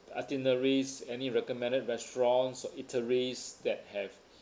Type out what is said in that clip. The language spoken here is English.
itineraries any recommended restaurants or eateries that have